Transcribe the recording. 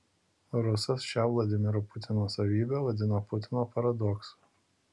rusas šią vladimiro putino savybę vadina putino paradoksu